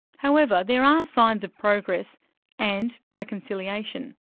however, there are signs of progress and reconciliation.